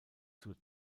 zur